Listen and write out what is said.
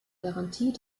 garantie